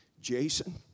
Jason